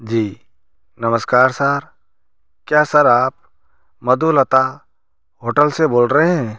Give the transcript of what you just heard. जी नमस्कार सर क्या सर आप मधुलता होटल से बोल रहे हैं